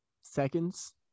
seconds